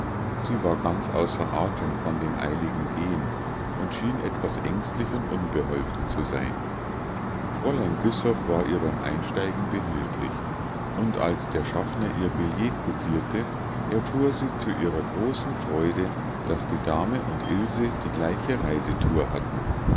sie war ganz außer atem von dem eiligen gehen und schien etwas ängstlich und unbeholfen zu sein fräulein güssow war ihr beim einsteigen behilflich und als der schaffner ihr billett koupierte erfuhr sie zu ihrer großen freude daß die dame und ilse die gleiche reisetour hatten